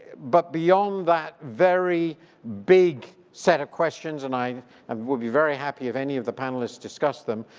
but beyond that very big set of questions and i and will be very happy if any of the panelists discuss them,